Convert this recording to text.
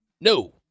No